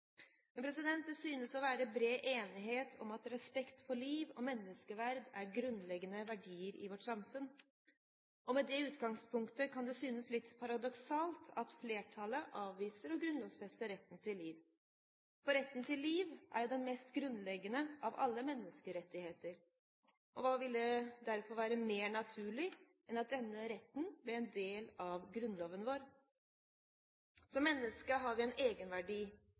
Det synes å være bred enighet om at respekt for liv og menneskeverd er grunnleggende verdier i vårt samfunn. Med det utgangspunktet kan det synes litt paradoksalt at flertallet avviser å grunnlovfeste retten til liv, for retten til liv er jo den mest grunnleggende av alle menneskerettigheter. Hva ville da være mer naturlig enn at denne retten ble en del av grunnloven vår? Som menneske har vi en egenverdi,